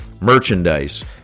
merchandise